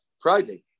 Friday